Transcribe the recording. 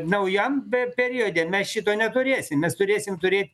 naujam be periode mes šito neturėsim mes turėsim turėt